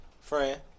Friend